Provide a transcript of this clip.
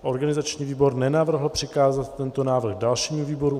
Organizační výbor nenavrhl přikázat tento návrh dalšímu výboru.